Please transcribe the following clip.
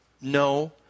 no